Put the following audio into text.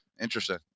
Interesting